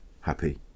happy